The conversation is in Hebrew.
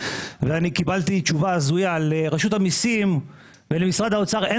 וקיבלתי תשובה הזויה: לרשות המסים ולמשרד האוצר אין